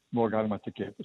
buvo galima tikėtis